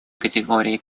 категорий